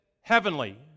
heavenly